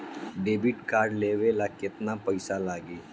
Debit card लेवे ला केतना पईसा लागी?